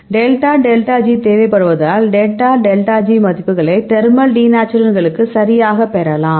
delta delta G தேவைப்படுவதால் delta delta G மதிப்புகளை thermal டிநேச்சுரண்டுகளுக்கு சரியாகப் பெறலாம்